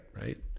right